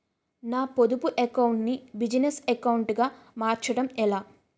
నా పొదుపు అకౌంట్ నీ బిజినెస్ అకౌంట్ గా మార్చడం ఎలా?